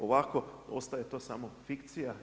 Ovako ostaje to samo fikcija.